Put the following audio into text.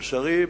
ולצערי,